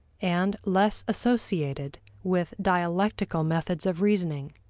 and less associated with dialectical methods of reasoning,